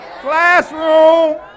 classroom